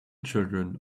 children